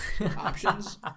options